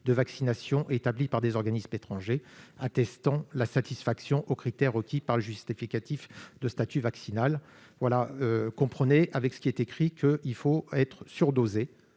de vaccination établis par des organismes étrangers attestant la satisfaction aux critères requis par le justificatif de statut vaccinal ». Si je comprends bien, il faudra être « surdosé